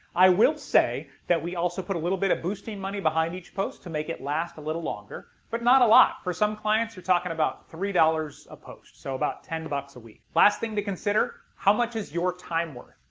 i will say that we also put a little bit of boosting money behind each post to make it last a little longer but not a lot for some clients. you're talking about three dollars a post, so about ten bucks a week. last thing to consider how much is your time worth?